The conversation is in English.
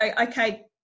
okay